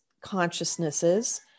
consciousnesses